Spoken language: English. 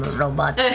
robot. and